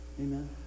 Amen